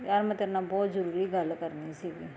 ਯਾਰ ਮੈਂ ਤੇਰੇ ਨਾਲ ਬਹੁਤ ਜ਼ਰੂਰੀ ਗੱਲ ਕਰਨੀ ਸੀ ਗੀ